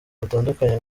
batandukanye